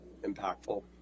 impactful